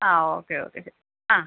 ആ okay okay ശരി ആ